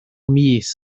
mis